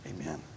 Amen